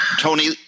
Tony